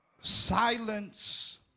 silence